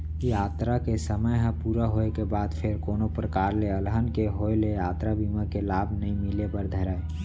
यातरा के समे ह पूरा होय के बाद फेर कोनो परकार ले अलहन के होय ले यातरा बीमा के लाभ नइ मिले बर धरय